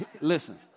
Listen